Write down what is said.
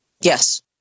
yes